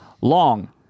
long